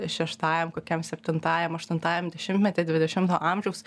šeštajam kokiam septintajam aštuntajam dešimtmety dvidešimto amžiaus